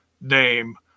name